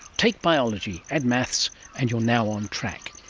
take biology, add maths and you are now on track.